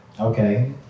Okay